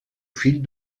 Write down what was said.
fill